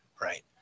right